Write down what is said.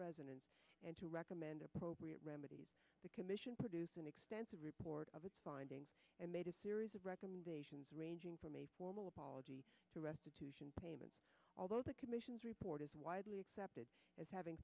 residents and to recommend appropriate remedy the commission produced an extensive report of its findings and made a series of recommendations ranging from a formal apology to restitution payments although the commission's report is widely accepted as having